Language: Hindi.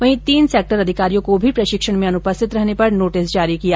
वहीं तीन सैक्टर अधिकारियों को भी प्रशिक्षण में अनुपस्थित रहने पर नोटिस जारी कर दिया